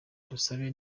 dusabe